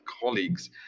colleagues